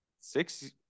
six